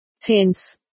hence